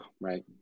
right